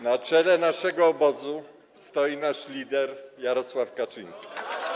Na czele naszego obozu stoi nasz lider Jarosław Kaczyński.